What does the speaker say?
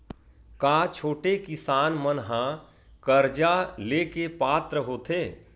का छोटे किसान मन हा कर्जा ले के पात्र होथे?